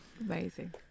Amazing